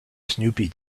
snoopy